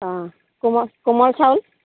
অঁ কোমল কোমল চাউল